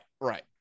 right